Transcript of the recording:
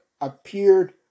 appeared